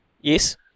Yes